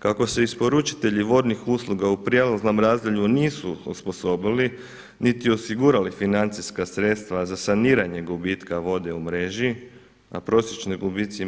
Kako se isporučitelji vodnih usluga u prijelaznom razdoblju nisu osposobili niti osigurali financijska sredstva za saniranje gubitka vode u mreži na prosječno gubici